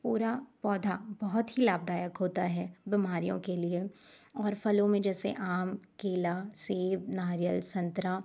पूरा पौधा बहुत ही लाभदायक होता है बीमारियों के लिए और फलों में जैसे आम केला सेब नारियल संतरा